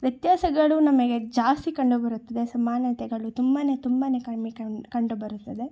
ವ್ಯತ್ಯಾಸಗಳು ನಮಗೆ ಜಾಸ್ತಿ ಕಂಡುಬರುತ್ತದೆ ಸಮಾನತೆಗಳು ತುಂಬ ತುಂಬ ಕಮ್ಮಿ ಕಂಡು ಕಂಡುಬರುತ್ತದೆ